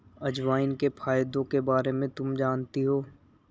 अजवाइन के फायदों के बारे में तुम जानती हो?